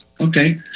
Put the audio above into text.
Okay